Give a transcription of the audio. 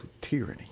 tyranny